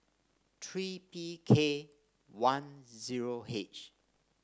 three P K one zero H